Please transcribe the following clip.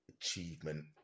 Achievement